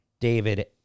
David